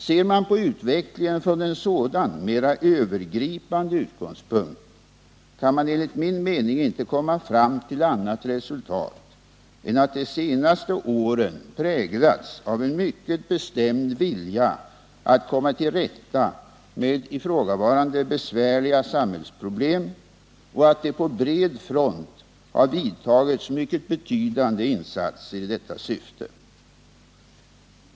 Ser man på utvecklingen från en sådan mer övergripande utgångspunkt kan man enligt min mening inte komma fram till annat resultat än att de senaste åren präglats av en mycket bestämd vilja att komma till rätta med ifrågavarande besvärliga samhällsproblem och att det på bred front har vidtagits mycket betydande insatser i detta syfte.